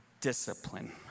discipline